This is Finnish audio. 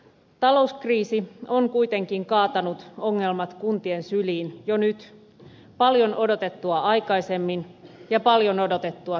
talouskriisi on kuitenkin kaatanut ongelmat kuntien syliin jo nyt paljon odotettua aikaisemmin ja paljon odotettua syvempänä